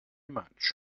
much